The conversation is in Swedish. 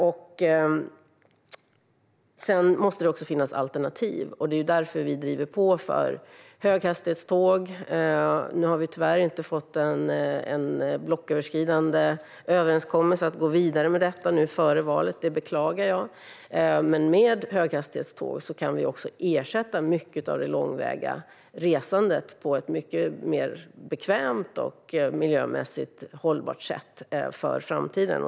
Det måste också finnas alternativ. Det är därför vi driver på för höghastighetståg. Vi har tyvärr inte fått en blocköverskridande överenskommelse för att kunna gå vidare med detta före valet. Det beklagar jag. Men med höghastighetståg kan man ersätta mycket av det långväga resandet med ett mycket mer bekvämt och miljömässigt hållbart alternativ för framtiden.